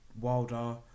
Wilder